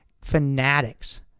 fanatics